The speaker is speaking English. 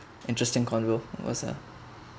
interesting convo was ah